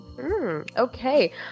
Okay